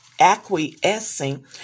acquiescing